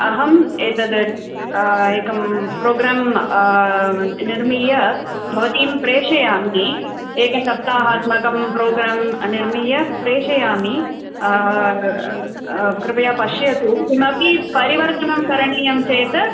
अहम् एतत् एकं प्रोग्राम् निर्माय भवतीं प्रेषयामि एकसप्ताहात्मकं प्रोग्रां निर्माय प्रेषयामि कृपया पश्यतु किमपि परिवर्तनं करणीयं चेत्